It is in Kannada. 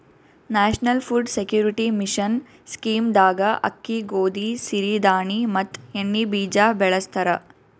national food security mission scheme ದಾಗ ಅಕ್ಕಿ, ಗೋದಿ, ಸಿರಿ ಧಾಣಿ ಮತ್ ಎಣ್ಣಿ ಬೀಜ ಬೆಳಸ್ತರ